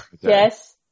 yes